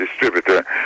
distributor